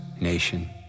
Nation